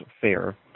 Fair